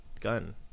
gun